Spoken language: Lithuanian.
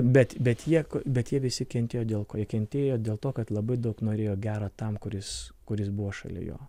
bet bet jie ku bet jie visi kentėjo dėl ko jie kentėjo dėl to kad labai daug norėjo gero tam kuris kuris buvo šalia jo